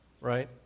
Right